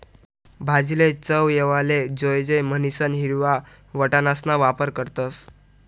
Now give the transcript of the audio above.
भाजीले चव येवाले जोयजे म्हणीसन हिरवा वटाणासणा वापर करतस